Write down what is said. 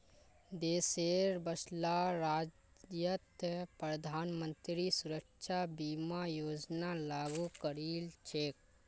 देशेर सबला राज्यत प्रधानमंत्री सुरक्षा बीमा योजना लागू करील छेक